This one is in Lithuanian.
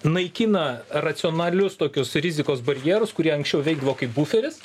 naikina racionalius tokius rizikos barjerus kurie anksčiau veikdavo kaip buferis